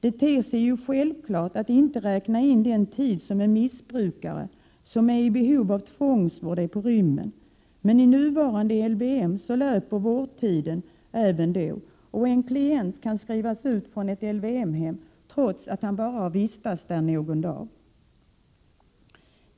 Det ter sig ju självklart att inte räkna in den tid som en missbrukare som är i behov av tvångsvård är på rymmen, men i nuvarande LVM löper vårdtiden även då och en klient kan skrivas ut från ett LVYM-hem trots att han bara vistats där någon dag.